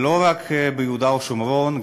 לא רק ביהודה ושומרון,